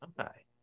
Okay